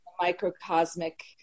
microcosmic